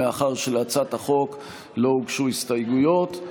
מאחר שלהצעת החוק לא הוגשו הסתייגויות,